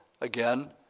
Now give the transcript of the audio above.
again